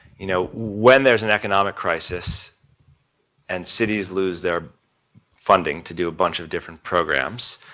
you know, when there is an economic crisis and cities lose their funding to do a bunch of different programs,